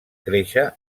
créixer